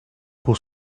pour